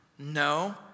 No